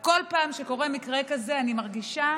כל פעם שקורה מקרה כזה, אני מרגישה